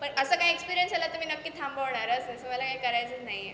पण असा काय एक्स्पिरीयन्स आला तर मी नक्की थांबवणारच असं मला काय करायचंच नाही आहे